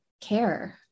care